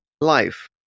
life